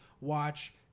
watch